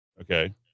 okay